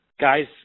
guys